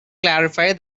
clarify